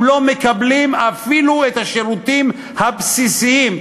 הם לא מקבלים אפילו את השירותים הבסיסיים.